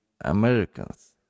Americans